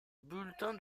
bulletin